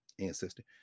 ancestor